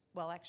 well,